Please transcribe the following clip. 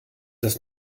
das